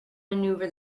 maneuver